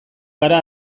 gara